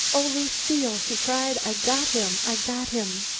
oh, lucile, she cried, i got him! i got him!